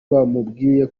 bamubwiye